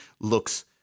looks